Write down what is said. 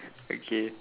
okay